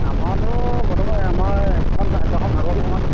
আমাৰতো বৰ্তমান আমাৰ একেখন ভাগৱতী সমাজ